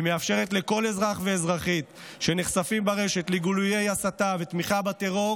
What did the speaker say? היא מאפשרת לכל אזרח ואזרחית שנחשפים ברשת לגילויי הסתה ותמיכה בטרור